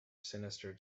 sinister